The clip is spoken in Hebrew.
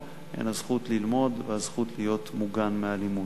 הן הזכות ללמוד והזכות להיות מוגן מאלימות.